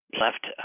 left